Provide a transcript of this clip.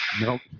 Nope